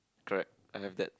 correct I have that